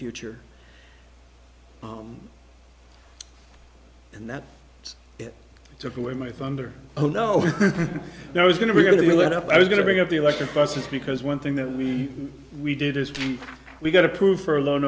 future and that took away my thunder oh no i was going to be going to let up i was going to bring up the electric buses because one thing that we we did is we got approved for a loan